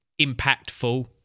Impactful